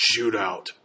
shootout